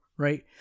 right